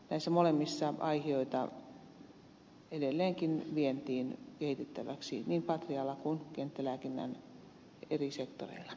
näissä molemmissa olisi aihioita edelleenkin vientiin kehitettäväksi niin patrialla kuin kenttälääkinnän eri sektoreilla